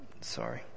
sorry